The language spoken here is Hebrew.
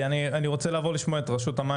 חבר